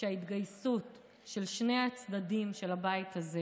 שההתגייסות של שני הצדדים של הבית הזה